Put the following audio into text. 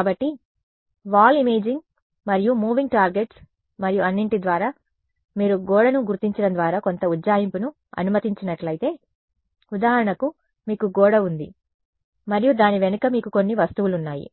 కాబట్టి wall imaging మరియు moving targets మరియు అన్నింటి ద్వారా కాబట్టి మీరు గోడను గుర్తించడం ద్వారా కొంత ఉజ్జాయింపుని అనుమతించినట్లయితే ఉదాహరణకు మీకు గోడ ఉంది మరియు దాని వెనుక మీకు కొన్ని వస్తువులు ఉన్నాయి